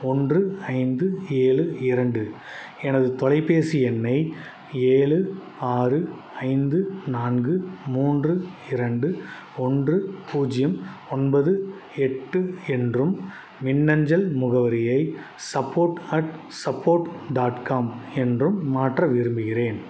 ஒன்று ஐந்து ஏழு இரண்டு எனது தொலைப்பேசி எண்ணை ஏழு ஆறு ஐந்து நான்கு மூன்று இரண்டு ஒன்று பூஜ்ஜியம் ஒன்பது எட்டு என்றும் மின்னஞ்சல் முகவரியை support at support dot com என்றும் மாற்ற விரும்புகிறேன்